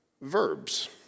Verbs